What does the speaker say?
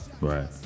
Right